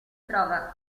trova